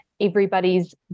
everybody's